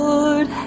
Lord